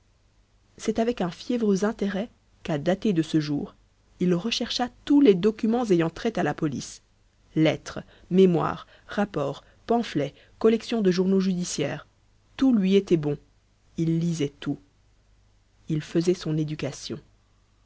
c'est avec un fiévreux intérêt qu'à dater de ce jour il rechercha tous les documents ayant trait à la police lettres mémoires rapports pamphlets collections de journaux judiciaires tout lui était bon il lisait tout il faisait son éducation